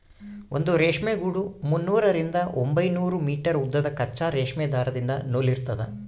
ಒಂದು ರೇಷ್ಮೆ ಗೂಡು ಮುನ್ನೂರರಿಂದ ಒಂಬೈನೂರು ಮೀಟರ್ ಉದ್ದದ ಕಚ್ಚಾ ರೇಷ್ಮೆ ದಾರದಿಂದ ನೂಲಿರ್ತದ